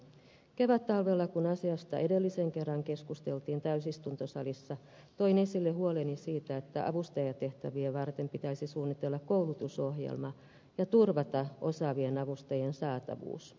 kevättalvella kun asiasta edellisen kerran keskusteltiin täysistuntosalissa toin esille huoleni siitä että avustajatehtäviä varten pitäisi suunnitella koulutusohjelma ja turvata osaavien avustajien saatavuus